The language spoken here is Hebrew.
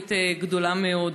ציבורית גדולה מאוד.